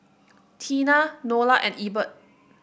Teena Nola and Ebert